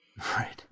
Right